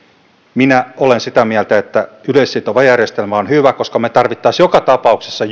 minä olen sitä mieltä että yleissitova järjestelmä on hyvä koska me tarvitsisimme joka tapauksessa